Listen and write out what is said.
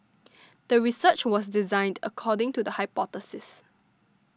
the research was designed according to the hypothesis